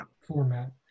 format